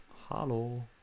hello